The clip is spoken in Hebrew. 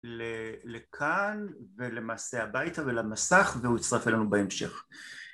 לכאן ולמעשה הביתה ולמסך והוא יצטרף אלינו בהמשך